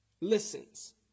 listens